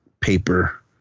paper